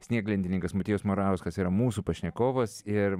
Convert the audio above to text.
snieglentininkas motiejus morauskas yra mūsų pašnekovas ir